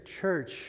church